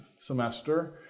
semester